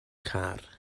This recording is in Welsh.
car